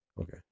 Okay